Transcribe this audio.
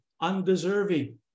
undeserving